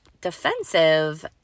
defensive